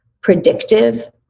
predictive